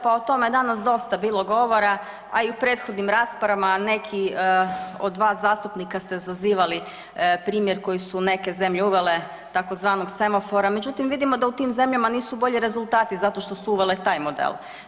Pa o tome je danas dosta bilo govora a i u prethodnim raspravama, neki od vas zastupnika ste zazivali primjer koji su neke zemlje uvele, tzv. semafora, međutim vidimo da u tim zemljama nisu bolji rezultati zato što su uvele taj model.